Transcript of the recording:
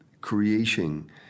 creating